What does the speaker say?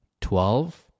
twelve